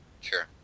Sure